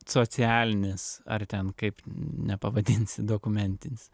socialinis ar ten kaip nepavadinsi dokumentinis